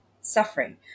suffering